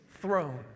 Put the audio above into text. throne